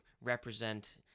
represent